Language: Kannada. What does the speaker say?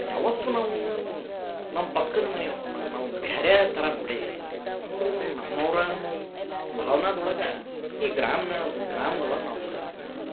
ಯಾವತ್ತು ನಾವು ನಮ್ಮ ಪಕ್ಕದ ಮನೆಯವರನ್ನ ನಾವು ಬ್ಯಾರೆಯರ್ ಥರ ನೋಡೇ ಇಲ್ಲ ಅವರು ನಮ್ಮವರೇ ಅನ್ನೋ ಭಾವನೆದೊಳಗ ಈ ಗ್ರಾಮ್ದಳಗ ಗ್ರಾಮ್ದೊಳಗ ನಾವು ಬದುಕ್ತೀವಿ ಅನ್ನೋದ